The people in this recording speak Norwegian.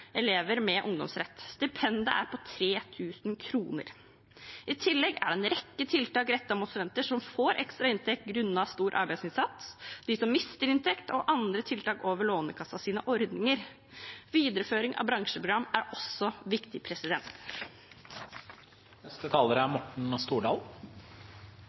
elever med ungdomsrett. Stipendet er på 3 000 kr. I tillegg er en rekke tiltak rettet mot studenter som får ekstra inntekt grunnet stor arbeidsinnsats, de som mister inntekt, og andre tiltak over Lånekassens ordninger. Videreføring av bransjeprogram er også viktig.